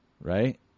right